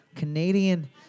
Canadian